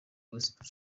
gospel